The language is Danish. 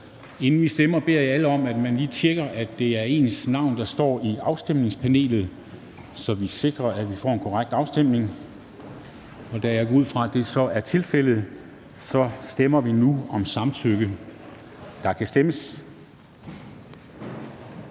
Inden vi stemmer, beder jeg alle om, at man lige tjekker, at det er ens navn, der står i afstemningspanelet, så vi sikrer, at vi får en korrekt afstemning. Da jeg går ud fra, at det så er tilfældet, stemmer vi nu om samtykke. Der kan stemmes.